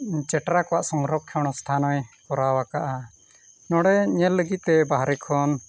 ᱪᱮᱴᱨᱟ ᱠᱚᱣᱟᱜ ᱥᱚᱝᱨᱚᱠᱠᱷᱚᱱ ᱥᱛᱷᱟᱱ ᱦᱚᱸᱭ ᱠᱚᱨᱟᱣ ᱠᱟᱜᱼᱟ ᱱᱚᱰᱮ ᱧᱮᱞ ᱞᱟᱹᱜᱤᱫ ᱛᱮ ᱵᱟᱦᱨᱮ ᱠᱷᱚᱱ